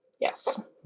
Yes